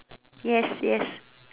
yes yes